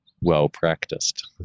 well-practiced